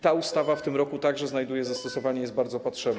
Ta ustawa w tym roku także znajduje zastosowanie, jest bardzo potrzebna.